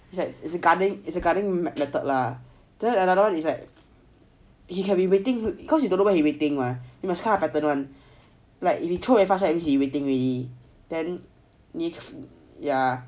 is that it's a guarding it's a guarding method lah then another [one] is like he can be waiting cause you don't know where he waiting where you must pattern [one] like he throw very fast right means he waiting already then nice ya